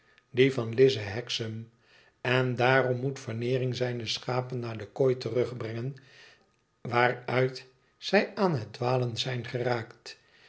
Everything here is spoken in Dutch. die van lize hexam en daarom moet veneering zijne schapen naar de kooi terugbrengen waaruit zij aan het dwalen zijn geraakt